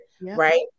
right